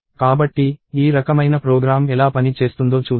కాబట్టి ఈ రకమైన ప్రోగ్రామ్ ఎలా పని చేస్తుందో చూద్దాం